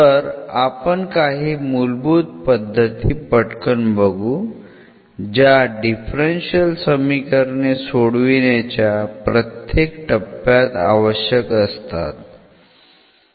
तर आपण काही मूलभूत पद्धती पटकन बघू ज्या डिफरन्शियल समीकरणे सोडविण्याच्या प्रत्येक टप्प्यात आवश्यक असतात